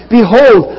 Behold